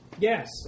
Yes